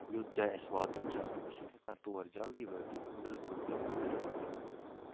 یوٚت جایہِ اَسہ واتُن چھُ آسان أسۍ چھِنہٕ ہیٚکان تور جَلدی وٲتِتھ بِلکُل تہ کِہیٖنۍ تہِ